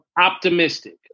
Optimistic